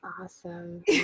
awesome